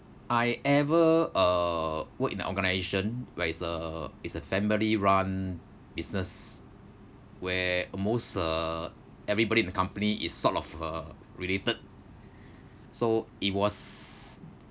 I ever uh work in a organisation where it's a it's a family run business where almost uh everybody in the company is sort of uh related so it was